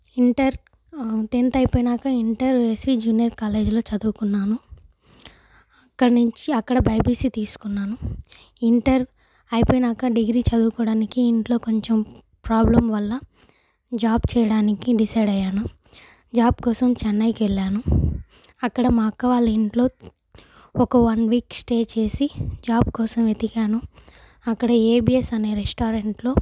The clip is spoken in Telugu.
ఇంటర్ టెన్త్ అయిపోయాక ఇంటర్ ఏసి జూనియర్ కాలేజీలో చదువుకున్నాను అక్కడ నుంచి అక్కడ బైపీసీ తీసుకున్నాను ఇంటర్ అయిపోయినాక డిగ్రీ చదువుకోవడానికి ఇంట్లో కొంచెం ప్రాబ్లం వల్ల జాబ్ చేయడానికి డిసైడ్ అయ్యాను జాబ్ కోసం చెన్నైకి వెళ్లాను అక్కడ మా అక్క వాళ్ళ ఇంట్లో ఒక వన్ వీక్ స్టే చేసి జాబ్ కోసం వెతికాను అక్కడ ఏబిఎస్ అనే రెస్టారెంట్లో